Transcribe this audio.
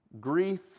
grief